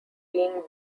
being